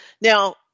Now